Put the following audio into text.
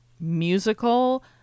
musical